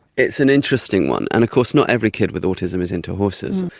it's an interesting one, and of course not every kid with autism is into horses.